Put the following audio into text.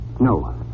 No